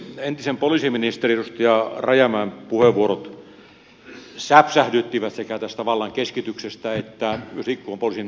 entisen poliisiministerin edustaja rajamäen puheenvuorot sekä tästä vallan keskityksestä että myös liikkuvan poliisin lakkauttamisesta säpsähdyttivät